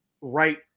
right